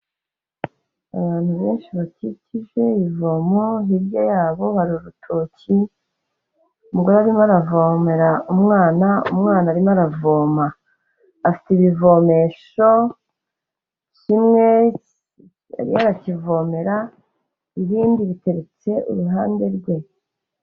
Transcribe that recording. Abantu benshi bakikije ivomo, hirya yabo ba urutoki, umugore arimo aravomera umwana, umwana arimo aravoma, afite ibivomesho, kimwe arimo arakivomera ibindi biteretse iruhande rwe.